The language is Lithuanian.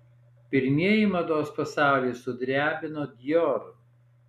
pirmieji mados pasaulį sudrebino dior